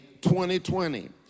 2020